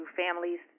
families